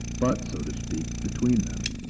but, so to speak, between them,